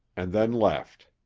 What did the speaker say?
and then left.